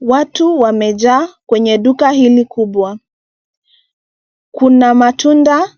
Watu wamejaa kwenye duka hili kubwa. Kuna matunda,